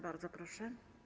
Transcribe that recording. Bardzo proszę.